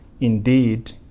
indeed